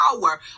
power